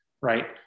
right